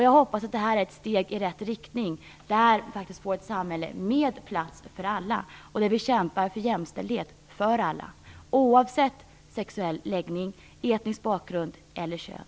Jag hoppas att det här är ett steg i rätt riktning, så att vi kan få ett samhälle med plats för alla, där vi kämpar för jämställdhet för alla, oavsett sexuell läggning, etnisk bakgrund eller kön.